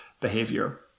behavior